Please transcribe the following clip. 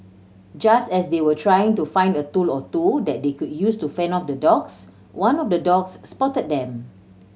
just as they were trying to find a tool or two that they could use to fend off the dogs one of the dogs spotted them